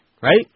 Right